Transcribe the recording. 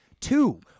Two